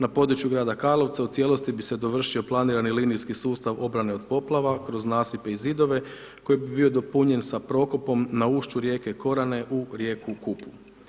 Na području grada Karlovca u cijelosti bi se dovršio planirani linijski sustav obrane od poplava kroz nasipe i zidove koji bi bio dopunjen sa prokopom na ušću rijeke Korane u rijeku Kupu.